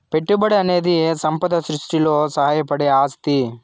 పెట్టుబడనేది సంపద సృష్టిలో సాయపడే ఆస్తి